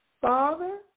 Father